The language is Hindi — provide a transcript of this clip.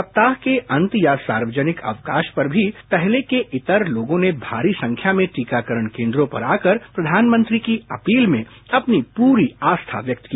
सप्ताह के अंत या सार्यजनिक अवकाश पर भी पहले के इतर लोगों ने भारी संख्या में टीकाकरण केन्द्रों पर आकर प्रधानमंत्री की अपील में अपनी पुरी आस्था व्यक्त की